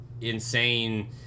insane